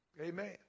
Amen